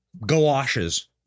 galoshes